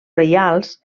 reials